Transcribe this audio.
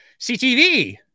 CTV